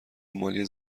مالی